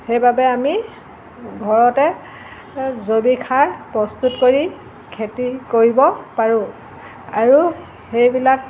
সেইবাবে আমি ঘৰতে জৈৱিক সাৰ প্ৰস্তুত কৰি খেতি কৰিব পাৰোঁ আৰু সেইবিলাক